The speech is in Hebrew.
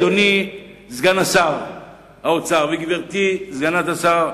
אדוני סגן שר האוצר וגברתי סגנית שר התעשייה,